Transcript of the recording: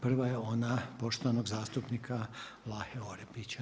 Prva je ona poštovanog zastupnika Vlahe Orepića.